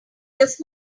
does